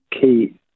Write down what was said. key